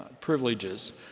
privileges